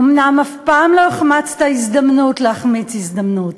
אומנם אף פעם לא החמצת להחמיץ הזדמנות,